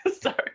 Sorry